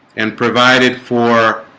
and provided for